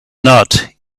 not